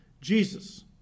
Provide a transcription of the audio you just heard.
Jesus